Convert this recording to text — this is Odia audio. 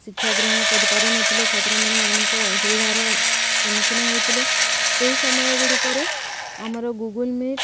ଶିକ୍ଷା ଗ୍ରହଣ କରିପାରୁନଥିଲେ ଛାତ୍ରମାନେ ଅନେକ ଅସୁବିଧାର ସମ୍ମୁଖୀନ ହଉଥିଲେ ସେହି ସମୟ ଗୁଡ଼ିକରେ ଆମର ଗୁଗୁଲ୍ ମିଟ୍